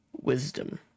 Wisdom